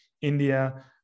India